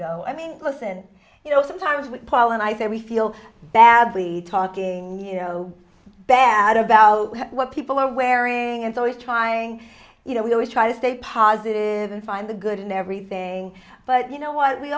go i mean listen you know sometimes with paul and i say we feel badly talking bad about what people are wearing and always trying you know we always try to stay positive and find the good in everything but you know what we